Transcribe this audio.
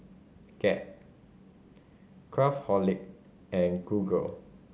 Gap Craftholic and Google